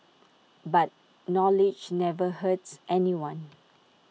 but knowledge never hurts anyone